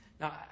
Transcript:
Now